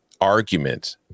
argument